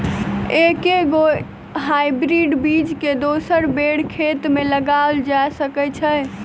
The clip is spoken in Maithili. एके गो हाइब्रिड बीज केँ दोसर बेर खेत मे लगैल जा सकय छै?